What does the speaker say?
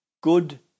good